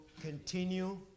continue